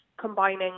combining